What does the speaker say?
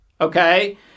Okay